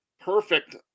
perfect